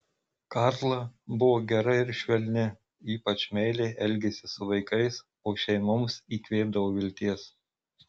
karla buvo gera ir švelni ypač meiliai elgėsi su vaikais o šeimoms įkvėpdavo vilties